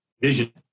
vision